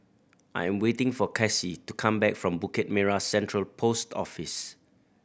I am waiting for Casie to come back from Bukit Merah Central Post Office